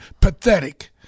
pathetic